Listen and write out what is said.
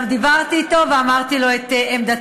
גם דיברתי אתו ואמרתי לו את עמדתי.